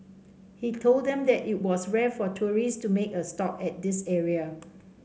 he told them that it was rare for tourists to make a stop at this area